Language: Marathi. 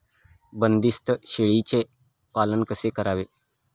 बंदिस्त शेळीचे पालन कसे करावे?